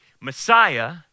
Messiah